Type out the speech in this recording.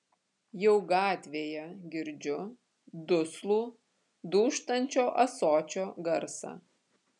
jau gatvėje girdžiu duslų dūžtančio ąsočio garsą